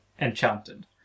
enchanted